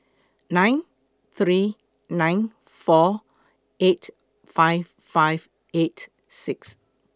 nine three nine four eight five five eight six